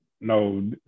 no